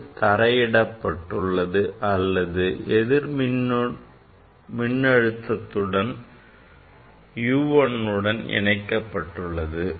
இது தரை இடப்பட்டுள்ளது அல்லது எதிர் முடுக்க மின்னழுத்தத்துடன் U2 இணைக்கப்பட்டுள்ளது